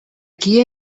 kie